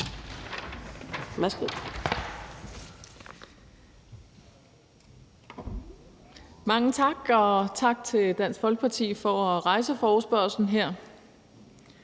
Mange tak, og tak til Dansk Folkeparti for at rejse forespørgslen her.